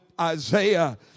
Isaiah